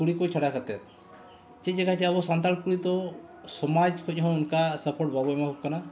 ᱠᱩᱲᱤ ᱠᱚ ᱪᱷᱟᱰᱟ ᱠᱟᱛᱮᱫ ᱪᱮᱫ ᱡᱟᱭᱜᱟ ᱪᱮᱫ ᱟᱵᱚ ᱥᱟᱱᱛᱟᱲ ᱠᱩᱲᱤ ᱫᱚ ᱥᱚᱢᱟᱡᱽ ᱠᱷᱚᱱ ᱦᱚᱸ ᱚᱱᱠᱟ ᱥᱟᱯᱳᱨᱴ ᱵᱟᱵᱚᱱ ᱮᱢᱟ ᱠᱚ ᱠᱟᱱᱟ